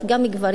גם גברים,